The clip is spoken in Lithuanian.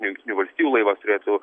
jungtinių valstijų laivas turėtų